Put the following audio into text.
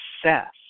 success